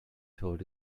told